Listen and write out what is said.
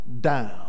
down